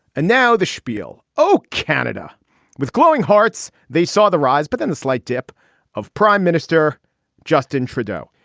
and now the spiel oh canada with glowing hearts. they saw the rise but then the slight dip of prime minister justin trudeau.